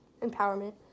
empowerment